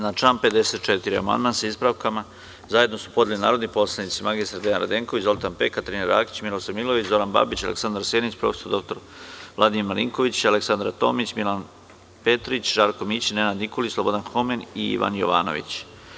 Na član 54. amandman, sa ispravkama, zajedno su podneli narodni poslanici mr Dejan Radenković, Zoltan Pek, Katarina Rakić, Miilosav Milojević, Zoran Babić, Aleksandar Senić, prof. dr Vladimir Marinković, Aleksandra Tomić, Milan Petrić, Žarko Mićin, Nenad Nikolić, Slobodan Homen i Ivan Jovanović.